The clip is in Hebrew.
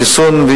החיסון,